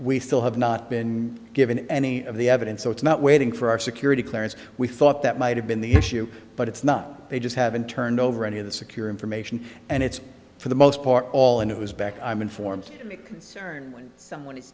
we still have not been given any of the evidence so it's not waiting for our security clearance we thought that might have been the issue but it's not they just haven't turned over any of the secure information and it's for the most part all in it was back i'm informed me concerned when someone is